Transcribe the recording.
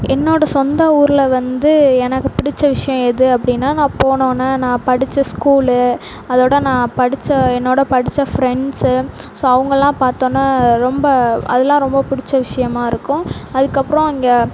என்னோட சொந்த ஊரில் வந்து எனக்கு பிடிச்ச விஷயம் எது அப்படின்னா நான் போனோன நான் படித்த ஸ்கூலு அதோடு நான் படித்த என்னோட படித்த ஃப்ரெண்ட்ஸு ஸோ அவங்கள்லாம் பார்த்தோன்ன ரொம்ப அதலாம் ரொம்ப பிடிச்ச விஷயமா இருக்கும் அதுக்கப்றம் இங்கே